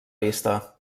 vista